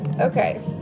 okay